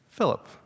Philip